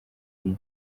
iyi